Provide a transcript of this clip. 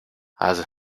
has